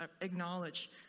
acknowledge